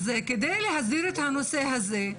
אז כדי להסדיר את הנושא הזה,